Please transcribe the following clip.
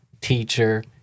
teacher